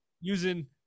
using